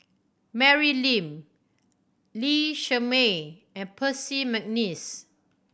Mary Lim Lee Shermay and Percy McNeice